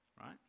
right